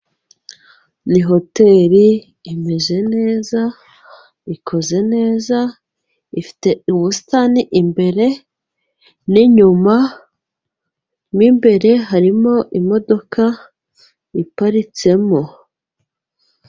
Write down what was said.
Ni hoteri imeze neza ,ikoze neza ,ifite ubusitani imbere n'inyuma . Mo imbere harimo imodoka iparitsemo.